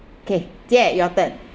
okay there your turn